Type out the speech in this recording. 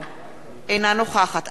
אינה נוכחת איוב קרא,